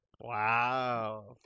Wow